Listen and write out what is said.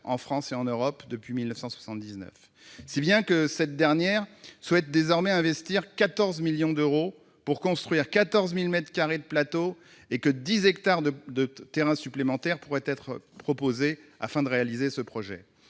en France et en Europe depuis 1979. Cette dernière souhaite désormais investir 14 millions d'euros pour construire 14 000 mètres carrés de plateaux, et 10 hectares de terrains supplémentaires pourraient être proposés afin de réaliser ce projet.